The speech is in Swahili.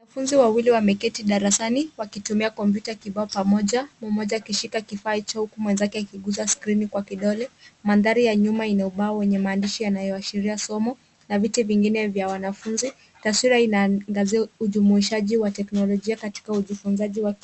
Wanafunzi wawili wameketi darasani wakitumia kompyuta kibao pamoja mmoja akishika kifaa hicho huku mwenzake akiguza skrini kwa kidole. Mandhari ya nyuma ina ubao wenye maandishi yanayoashiria somo na viti vingine vya wanafunzi. Taswira inaangazia ujumuishaji wa teknolojia katika ujifunzaji wa